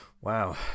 Wow